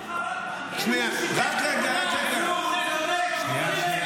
שמחה רוטמן, אם הוא שיתף